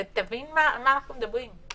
תבין על מה אנחנו מדברים.